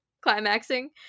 climaxing